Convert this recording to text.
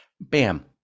Bam